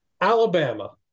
Alabama